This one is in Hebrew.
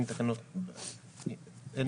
אין.